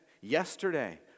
Yesterday